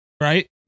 right